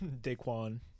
Daquan